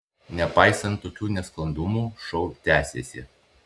nepaisant tokių nesklandumų šou tęsėsi